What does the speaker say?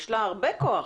יש לה הרבה כוח.